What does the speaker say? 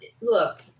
Look